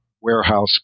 warehouse